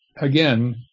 again